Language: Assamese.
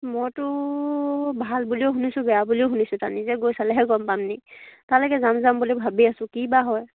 মইতো ভাল বুলিও শুনিছোঁ বেয়া বুলিও শুনিছোঁ তাৰ নিজে গৈ চালেহে গম পামনি তালৈকে যাম যাম বুলি ভাবি আছোঁ কি বা হয়